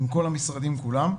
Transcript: עם כל המשרדים כולם,